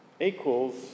equals